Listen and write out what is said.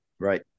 Right